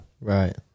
Right